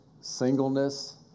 singleness